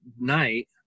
night